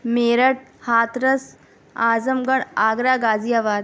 Meerut Hathras Azamgarh Agra غازی آباد